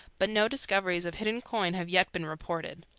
but no discoveries of hidden coin have yet been reported.